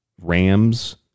Rams